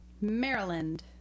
Maryland